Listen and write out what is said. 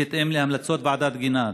בהתאם להמלצות ועדת גינת,